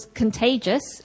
contagious